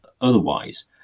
otherwise